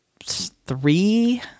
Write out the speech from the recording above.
three